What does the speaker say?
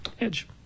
edge